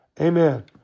Amen